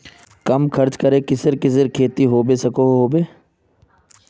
कम खर्च करे किसेर किसेर खेती होबे सकोहो होबे?